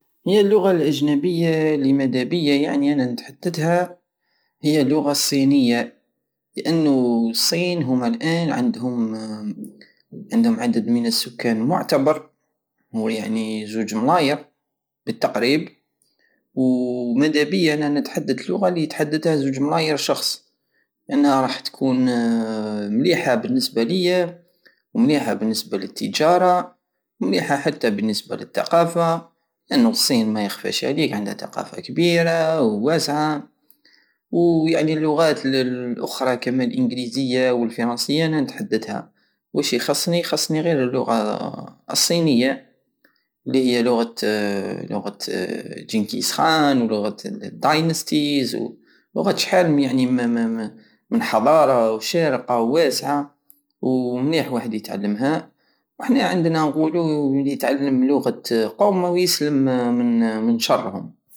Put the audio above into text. هي اللغة الاجنبية الي مدابية انا نتحدتها هي اللغة الصينية لانو الصين هما الان عندهم- عندهم عدد من السكان معتبر وهو يعتي زوج ملاير بالتقريب ومدابة انا نتحدث لغة لي يتحدثها زوج ملاير شخص لان راح تكون مليحة بالنسبة لية ومليحة بالنسبة لتجارة ومليحة حتى بالنسبة لتقافة لانو الصين ميخفاش عليك عندها تقافة كبيرة وواسعة ويعني اللغة اللخرى كما بالانجليزية والفرنسية انا نتحدتها واش يخصني يخصني غير اللغة الصينية الي هي لغة لغة جينكيز خان ولغة الداينيستيز وولغة شحال يعني م- من حضارة شارقة وواسعة ومنيح واحد يتعلمها وحنا عندنا نقولو من يتعلم لغة قوم يسلم من- من شرهم